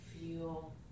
feel